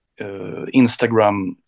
Instagram